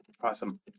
awesome